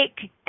take